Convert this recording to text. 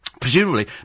presumably